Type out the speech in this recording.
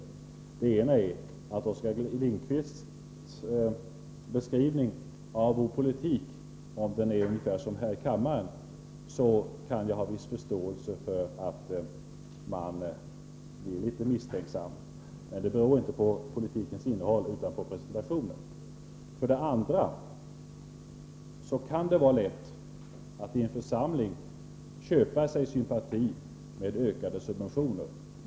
För det första kan jag, om Oskar Lindkvists beskrivning av vår politik är ungefär som här i kammaren, ha viss förståelse för att man blir litet misstänksam, men det beror inte på politikens innehåll utan på presentationen. För det andra kan det vara lätt att i en församling köpa sig sympati med ökade subventioner.